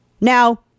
Now